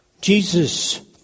Jesus